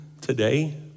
today